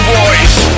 voice